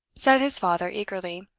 said his father, eagerly.